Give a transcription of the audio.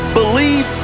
believe